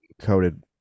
coated